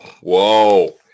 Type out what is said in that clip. Whoa